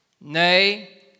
Nay